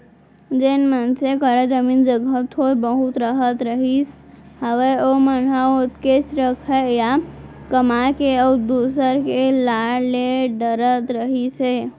जेन मनसे करा जमीन जघा थोर बहुत रहत रहिस हावय ओमन ह ओतकेच रखय या कमा के अउ दूसर के ला ले डरत रहिस हे